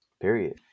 Period